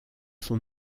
son